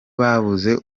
babuze